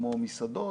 כמו מסעדות,